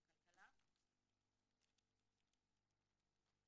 לכן כל טענה מטענה